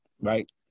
right